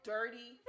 Dirty